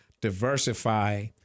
diversify